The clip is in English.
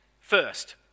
First